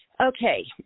Okay